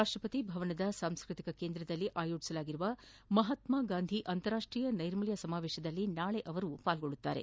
ರಾಷ್ಟಸತಿ ಭವನದ ಸಾಂಸ್ಕೃತಿಕ ಕೇಂದ್ರದಲ್ಲಿ ಆಯೋಜಿಸಲಾಗಿರುವ ಮಹಾತ್ಮ ಗಾಂಧಿ ಅಂತಾರಾಷ್ಟೀಯ ನೈರ್ಮಲ್ಯ ಸಮಾವೇಶದಲ್ಲಿ ನಾಳೆ ಅವರು ಪಾಲ್ಗೊಳ್ಳಲಿದ್ದಾರೆ